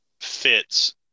fits